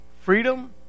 Freedom